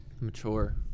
mature